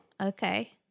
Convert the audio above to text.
Okay